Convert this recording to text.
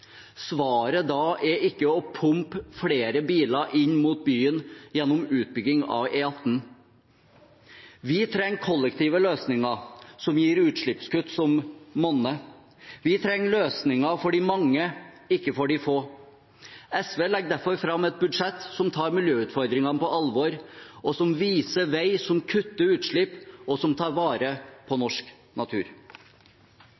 Svaret da er ikke å pumpe flere biler inn mot byen gjennom utbygging av E18. Vi trenger kollektive løsninger som gir utslippskutt som monner. Vi trenger løsninger for de mange, ikke for de få. SV legger derfor fram et budsjett som tar miljøutfordringene på alvor, som viser vei, som kutter utslipp, og som tar vare på